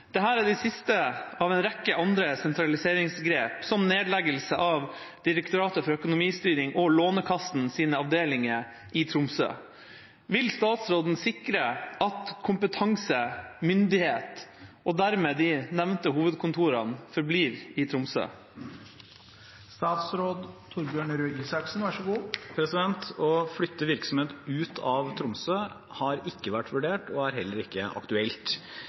er de siste av en rekke andre sentraliseringsgrep, som nedleggelse av DFØ og senest Lånekassens avdelinger i Tromsø. Vil statsråden sikre at kompetanse, myndighet og dermed de nevnte hovedkontorene forblir i Tromsø?» Å flytte virksomhet ut av Tromsø har ikke vært vurdert og er heller ikke aktuelt.